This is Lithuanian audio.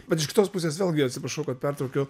bet iš kitos pusės vėlgi atsiprašau kad pertraukiau